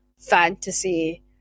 fantasy